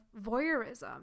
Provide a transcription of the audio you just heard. voyeurism